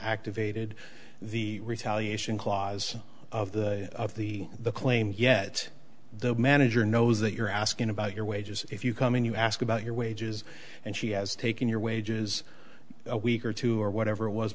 activated the retaliation clause of the of the the claim yet the manager knows that you're asking about your wages if you come in you ask about your wages and she has taken your wages a week or two or whatever